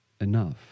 enough